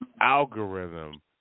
algorithm